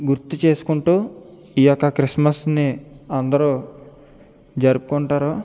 గుర్తు చేసుకుంటూ ఈయొక్క క్రిస్మస్ని అందరూ జరుపుకుంటారు